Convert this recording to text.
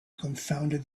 confounded